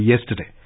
yesterday